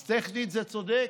אז טכנית זה צודק,